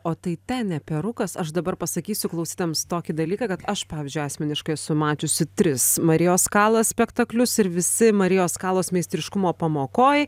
o tai ten ne perukas aš dabar pasakysiu klausytojams tokį dalyką kad aš pavyzdžiui asmeniškai esu mačiusi tris marijos kalas spektaklius ir visi marijos kalos meistriškumo pamokoje